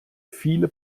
viele